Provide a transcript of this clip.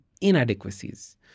inadequacies